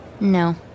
No